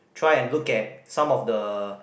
try and look at some of the